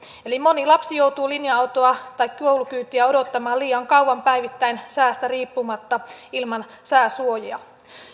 eli moni lapsi joutuu linja autoa tai koulukyytiä odottamaan liian kauan päivittäin säästä riippumatta ilman sääsuojia